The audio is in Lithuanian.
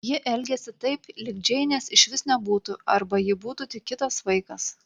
ji elgėsi taip lyg džeinės išvis nebūtų arba ji būtų tik kitas vaikas